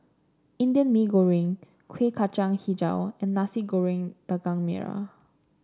Indian Mee Goreng Kuih Kacang hijau and Nasi Goreng Daging Merah